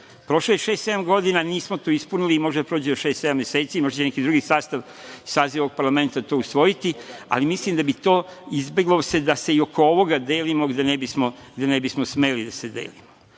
sedam godina, nismo to ispunili. Može da prođe još šest, sedam meseci i možda će neki drugi saziv ovog parlamenta to usvojiti, ali mislim da bi se izbeglo da se i oko ovoga delimo, gde ne bismo smeli da se delimo.